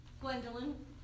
Gwendolyn